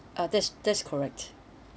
uh that's that's correct